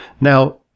Now